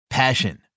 Passion